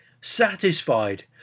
satisfied